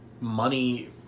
money